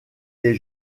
les